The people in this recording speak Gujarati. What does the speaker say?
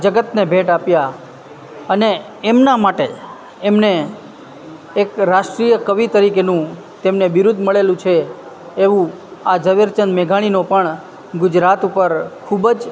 આ જગતને ભેટ આપ્યા અને એમના માટે એમને એક રાષ્ટ્રીય કવિ તરીકેનું તેમને બિરુદ મળેલું છે એવું આ ઝવેરચંદ મેઘાણીનો પણ ગુજરાત ઉપર ખૂબ જ